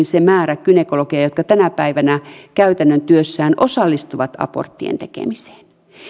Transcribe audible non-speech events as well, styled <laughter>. <unintelligible> se määrä gynekologeja jotka tänä päivänä käytännön työssään osallistuvat aborttien tekemiseen